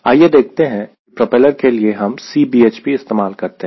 आइए देखते हैं कि प्रोपेलर के लिए हम Cbhp इस्तेमाल करते हैं